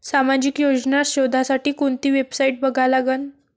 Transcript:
सामाजिक योजना शोधासाठी कोंती वेबसाईट बघा लागन?